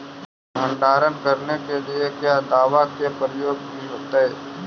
भंडारन करने के लिय क्या दाबा के प्रयोग भी होयतय?